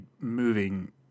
moving